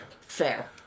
Fair